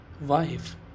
wife